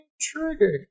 trigger